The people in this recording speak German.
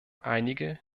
einige